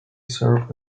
served